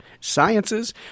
sciences